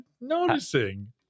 noticing